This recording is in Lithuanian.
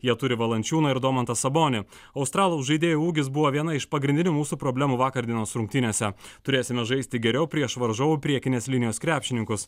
jie turi valančiūną ir domantą sabonį australų žaidėjų ūgis buvo viena iš pagrindinių mūsų problemų vakar dienos rungtynėse turėsime žaisti geriau prieš varžovų priekinės linijos krepšininkus